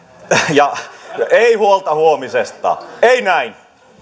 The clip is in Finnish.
ja ei huolta huomisesta ei näin